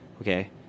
okay